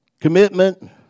commitment